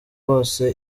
bose